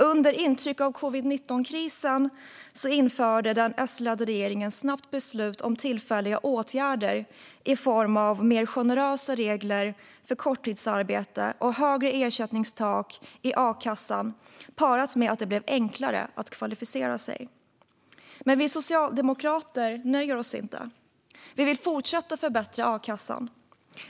Under intryck av covid-19-krisen införde den S-ledda regeringen snabbt beslut om tillfälliga åtgärder i form av mer generösa regler för korttidsarbete och högre ersättningstak i a-kassan samtidigt som det blev enklare att kvalificera sig. Men vi socialdemokrater nöjer oss inte med detta. Vi vill fortsätta att förbättra a-kassan.